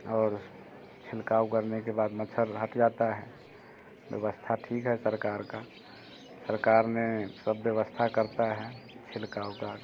और छिड़काव करने के बाद मच्छर हट जाता है व्यवस्था ठीक है सरकार का सरकार ने सब व्यवस्था करता है छिड़काव का